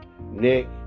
Nick